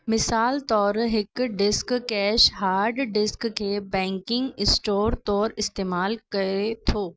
मिसाल तौर हिकु डिस्क कैश हार्ड डिस्क खे बैकिंग स्टोर तौर इस्तेमालु करे थो